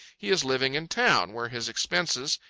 he is living in town, where his expenses,